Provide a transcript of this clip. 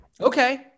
Okay